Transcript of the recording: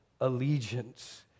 allegiance